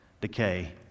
decay